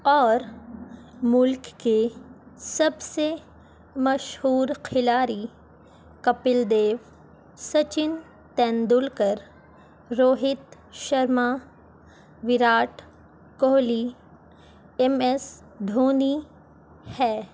اور ملک کے سب سے مشہور کھلاڑی کپل دیو سچن تندولکر روہت شرما وراٹ کوہلی ایم ایس دھونی ہیں